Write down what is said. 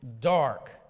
dark